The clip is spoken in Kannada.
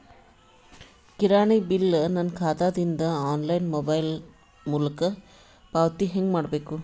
ಕಿರಾಣಿ ಬಿಲ್ ನನ್ನ ಖಾತಾ ದಿಂದ ಆನ್ಲೈನ್ ಮೊಬೈಲ್ ಮೊಲಕ ಪಾವತಿ ಹೆಂಗ್ ಮಾಡಬೇಕು?